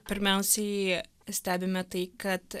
pirmiausiai stebime tai kad